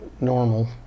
normal